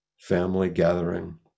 family-gathering